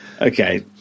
Okay